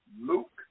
Luke